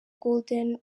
golden